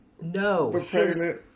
no